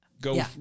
Go